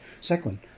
second